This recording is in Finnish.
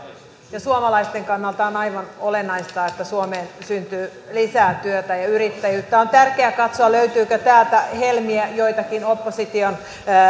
ja suomalaisten kannalta on aivan olennaista että suomeen syntyy lisää työtä ja yrittäjyyttä on tärkeä katsoa löytyykö joitakin helmiä täältä opposition